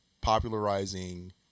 popularizing